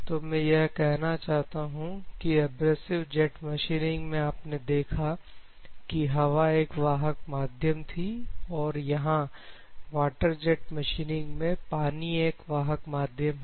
तो मैं यह कहना चाहता हूं की एब्रेजिव जेट मशीनिंग में आपने देखा कि हवा एक वाहक माध्यम थी और यहां वाटर जेट मशीनिंग में पानी एक वाहक माध्यम है